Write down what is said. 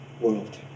world